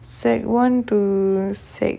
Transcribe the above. secondary one to secondary